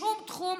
בשום תחום